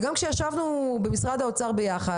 וגם כשישבנו במשרד האוצר ביחד,